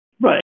right